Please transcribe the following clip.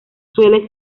suele